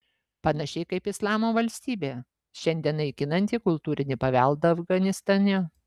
panašiai kaip islamo valstybė šiandien naikinanti kultūrinį paveldą afganistane